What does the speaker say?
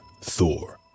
Thor